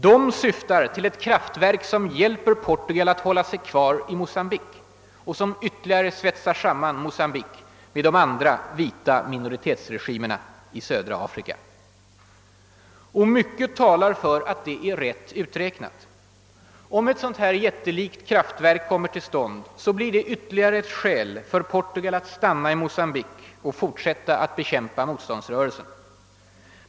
De syftar till ett kraftverk som hjälper Portugal att hålla sig kvar i Mocambique och som ytterligare svetsar samman Mocambique med de andra vita minoritetsregimerna i södra Afrika. Mycket talar för att det är rätt uträknat. Om ett sådant jättelikt kraftverk kommer till stånd, blir det ytterligare ett skäl för Portugal att stanna i Mocambique och fortsätta att bekämpa motståndsrörelsen.